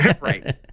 Right